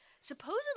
Supposedly